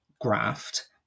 graft